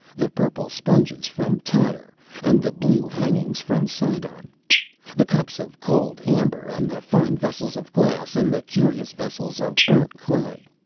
the purple sponges from tyre and the blue hangings from sidon, the cups of cold amber and the fine vessels of glass and the curious vessels of burnt clay.